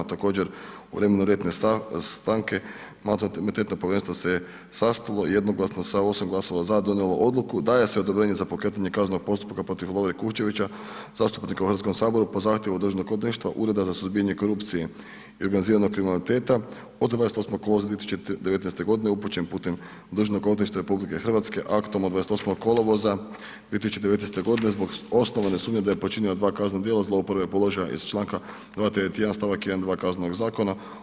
Također u vrijeme ljetne stanke Mandatno-imunitetno povjerenstvo se je sastalo i jednoglasno sa 8 glasova za donijelo odluku, daje se odobrenje za pokretanje kaznenog postupka protiv Lovre Kupčevića, zastupnika u Hrvatskom saboru po zahtjevu Državnog odvjetništva, Ureda za suzbijanje korupcije i organiziranog kriminaliteta od 28. kolovoza 2019. godine upućen putem Državnog odvjetništva RH aktom od 28. kolovoza 2019. godine zbog osnovane sumnje da je počinio 2 kaznena djela zlouporabe položaja iz Članka 291. stavak 1. i 2. Kaznenog zakona.